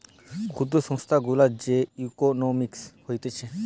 ক্ষুদ্র সংস্থা গুলার যে ইকোনোমিক্স হতিছে